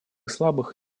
слабых